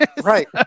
Right